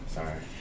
Sorry